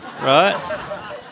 right